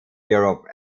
europe